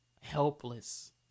helpless